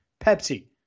Pepsi